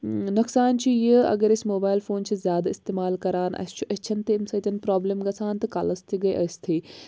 نۄقصان چھِ یہِ اگر أسۍ موبایِل فون چھِ زِیادٕ اِستعمال کران اَسہِ چھُ أچَھن تہِ اَمہِ سٟتۍ پرٛابلِم گَژھان تہٕ کَلَس تہِ گٔیہِ ٲسۍتھٕے